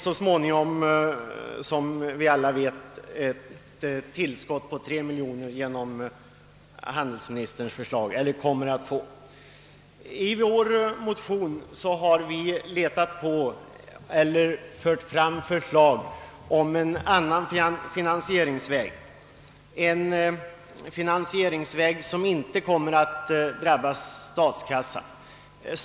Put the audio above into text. Som vi alla vet kommer det att enligt handelsministerns förslag lämnas ett tillskott på 3 miljoner kronor. I vår motion har vi fört fram förslag om en annan finansieringsväg, en finansieringsväg som inte drabbar statskassan.